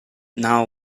now